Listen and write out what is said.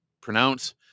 pronounce